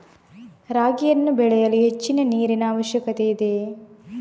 ರಾಗಿಯನ್ನು ಬೆಳೆಯಲು ಹೆಚ್ಚಿನ ನೀರಿನ ಅವಶ್ಯಕತೆ ಇದೆಯೇ?